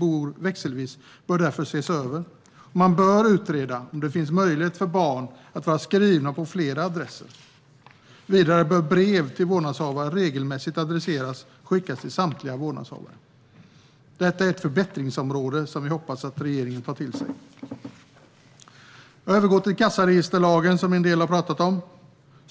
bor växelvis bör därför ses över, och man bör utreda om det finns möjlighet för barn att vara skrivna på flera adresser. Vidare bör brev till vårdnadshavare regelmässigt adresseras och skickas till samtliga vårdnadshavare. Detta är ett förbättringsområde som vi hoppas att regeringen tar till sig. Jag övergår till kassaregisterlagen, som en del har talat om.